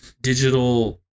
digital